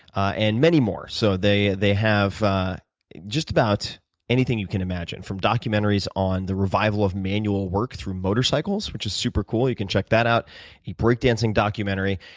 and many more. so they they have just about anything you can imagine, from documentaries on. the revival of manual work through motorcycles, which is super cool, you can check that out, a break dancing documentary.